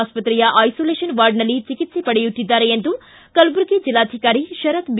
ಆಸ್ಪತ್ರೆಯ ಐಸೋಲೇಷನ್ ವಾರ್ಡ್ನಲ್ಲಿ ಚಿಕಿತ್ಸೆ ಪಡೆಯುತ್ತಿದ್ದಾರೆ ಎಂದು ಕಲಬುರಗಿ ಜೆಲ್ನಾಧಿಕಾರಿ ಶರತ್ ಬಿ